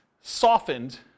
softened